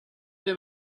them